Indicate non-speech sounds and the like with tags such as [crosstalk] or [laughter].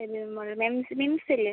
baby memorial [unintelligible] MIMS ഇല്ലേ